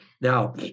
Now